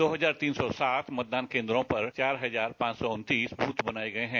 दो हजार तीन सौ सात मतदान केंद्रों पर चार हजार पांच सौ उन्नतीस बूथ बनाए गए है